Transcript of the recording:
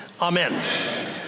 Amen